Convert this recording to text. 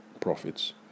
profits